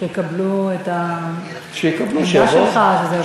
שיקבלו את העמדה שלך?